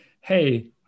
hey